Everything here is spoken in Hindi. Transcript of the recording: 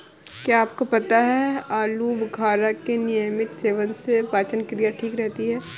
क्या आपको पता है आलूबुखारा के नियमित सेवन से पाचन क्रिया ठीक रहती है?